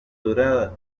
dorada